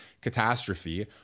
catastrophe